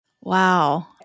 Wow